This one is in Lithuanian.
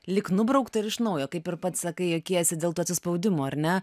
lyg nubraukta ir iš naujo kaip ir pats sakai juokiesi dėl to atsispaudimų ar ne